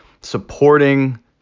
supporting